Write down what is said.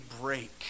break